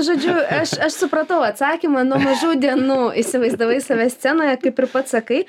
žodžiu aš aš supratau atsakymą nuo mažų dienų įsivaizdavai save scenoje kaip ir pats sakai